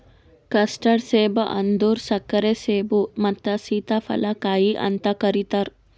custard ಸೇಬ ಅಂದುರ್ ಸಕ್ಕರೆ ಸೇಬು ಮತ್ತ ಸೀತಾಫಲ ಕಾಯಿ ಅಂತ್ ಕರಿತಾರ್